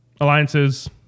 Alliances